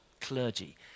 clergy